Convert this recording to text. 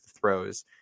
throws